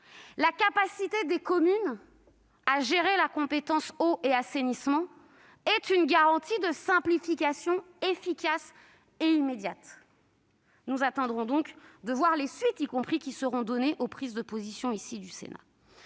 pour les communes de gérer la compétence « eau et assainissement » serait une garantie de simplification efficace et immédiate. Nous attendrons donc de voir les suites qui seront données aux prises de position du Sénat.